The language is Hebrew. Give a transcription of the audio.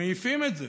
ומעיפים את זה.